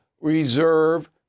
reserve